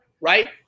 right